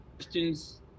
Questions